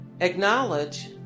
acknowledge